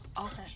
Okay